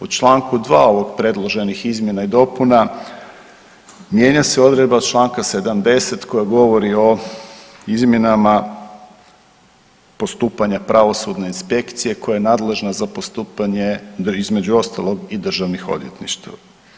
U Članku 2. ovog predloženih izmjena i dopuna mijenja se odredba Članka 70. koja govori o izmjenama postupanja pravosudne inspekcije koja je nadležna za postupanje između ostalog i državnih odvjetništva.